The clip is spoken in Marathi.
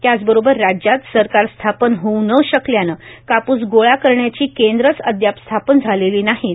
त्याचबरोबर राज्यात सरकार स्थापन होऊ न शकल्याने कापूस गोळा करण्याचे केंद्रच अद्याप स्थापन झालेले नाहीत